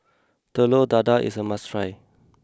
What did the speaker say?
Telur Dadah is a must try